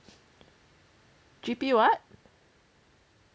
G_P what